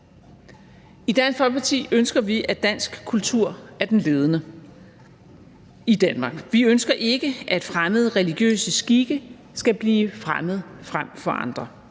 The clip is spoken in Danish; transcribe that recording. Folkeparti ønsker vi, at dansk kultur er den ledende i Danmark. Vi ønsker ikke, at fremmede religiøse skikke skal blive fremmet frem for andre,